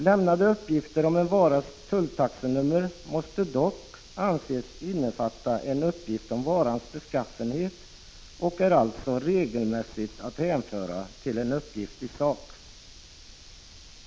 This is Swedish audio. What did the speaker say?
Lämnade uppgifter om en varas tulltaxenummer måste dock anses innefatta en uppgift om varans beskaffenhet och är alltså regelmässigt att hänföra till en uppgift i sak.